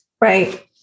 Right